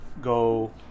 Go